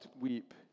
weep